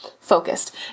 focused